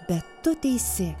bet tu teisi